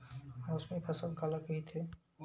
मौसमी फसल काला कइथे?